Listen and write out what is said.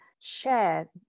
share